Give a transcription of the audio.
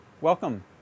Welcome